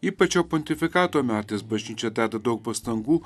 ypač šio pontifikato metais bažnyčia deda daug pastangų